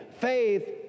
faith